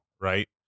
right